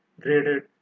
graded